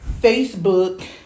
Facebook